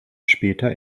später